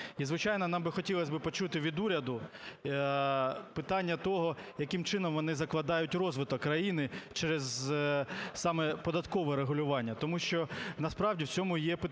І звичайно нам би хотілося почути від уряду питання того, яким чином вони закладають розвиток країни через саме податкове регулювання, тому що насправді в цьому є питання?